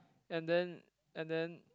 and then and then